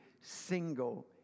single